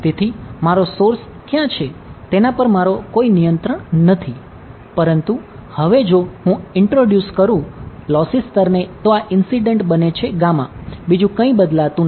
તેથી મારો સોર્સ ક્યાં છે તેના પર મારો કોઈ નિયંત્રણ નથી પરંતુ હવે જો હું ઇંટ્રોડ્યુસ બને છે બીજું કઈ બદલાતું નથી